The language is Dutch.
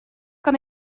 kan